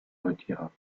retira